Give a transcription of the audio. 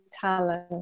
talent